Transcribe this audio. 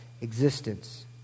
existence